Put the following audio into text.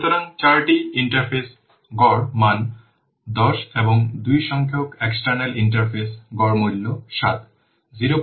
সুতরাং 8টি ইন্টারফেসের গড় মান 10 এবং 2 সংখ্যক এক্সটার্নাল ইন্টারফেসের গড় মূল্য 7